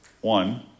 One